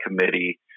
committee